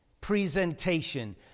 presentation